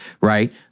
right